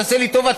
תעשה לי טובה,